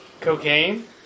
Cocaine